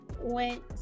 went